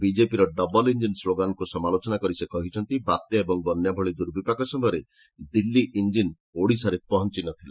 ବିକେପିର double engine ସ୍ଲୋଗାନକୁ ସମାଲୋଚନା କରି ସେ କହିଛନ୍ତି ବାତ୍ୟା ଓ ବନ୍ୟା ଭଳି ଦୁର୍ବିପାକ ସମୟରେ ଦିଲ୍ଲୀ ଇଞ୍ଜିନ୍ ଓଡ଼ିଶାରେ ପହଞ୍ଚ ନ ଥିଲା